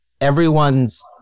everyone's